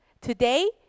Today